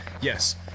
Yes